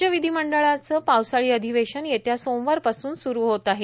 राज्य विधीमंडळाचं पावसाळी अधिवेशन येत्या सोमवारपासून सुरू होत आहे